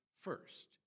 first